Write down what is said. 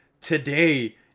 today